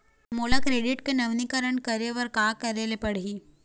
मोला क्रेडिट के नवीनीकरण करे बर का करे ले पड़ही?